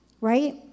Right